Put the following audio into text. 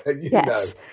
yes